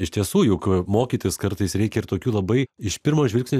iš tiesų juk mokytis kartais reikia ir tokių labai iš pirmo žvilgsnio